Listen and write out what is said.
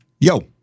Yo